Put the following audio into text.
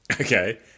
Okay